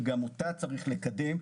שגם אותה צריך לקדם,